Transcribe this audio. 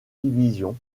division